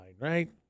right